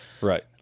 Right